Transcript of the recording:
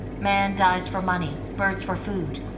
man dies for money, birds for food,